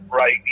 right